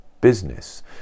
business